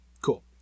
Cool